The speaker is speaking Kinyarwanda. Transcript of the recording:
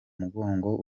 mugongo